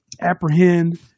apprehend